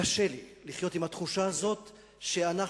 קשה לחיות עם התחושה הזאת שאנחנו,